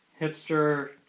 Hipster